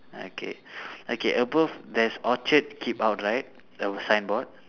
okay okay above there's orchard keep out right the signboard